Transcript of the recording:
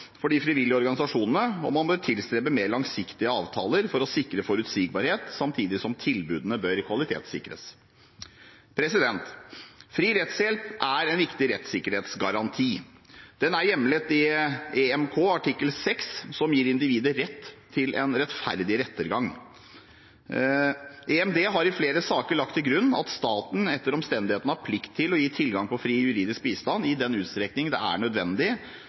for de frivillige organisasjonene, og man bør tilstrebe mer langsiktige avtaler for å sikre forutsigbarhet, samtidig som tilbudene bør kvalitetssikres. Fri rettshjelp er en viktig rettssikkerhetsgaranti. Den er hjemlet i EMK artikkel 6, som gir individet rett til en rettferdig rettergang. EMD har i flere saker lagt til grunn at staten etter omstendighetene har plikt til å gi tilgang på fri juridisk bistand i den utstrekning det er en nødvendig